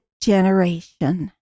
generation